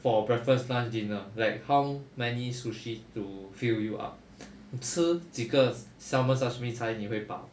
for breakfast lunch dinner like how many sushi to fill you up 吃几个 salmon sashimi 才你会饱